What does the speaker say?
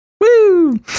Woo